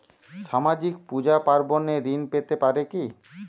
সামাজিক পূজা পার্বণে ঋণ পেতে পারে কি?